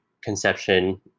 conception